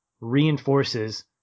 reinforces